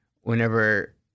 whenever